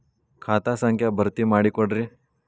ಖಾತಾ ಸಂಖ್ಯಾ ಭರ್ತಿ ಮಾಡಿಕೊಡ್ರಿ